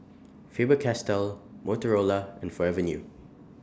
Faber Castell Motorola and Forever New